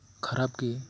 ᱠᱷᱟᱨᱟᱯ ᱜᱮ